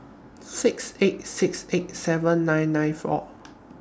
six eight six eight seven nine nine four